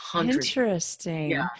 Interesting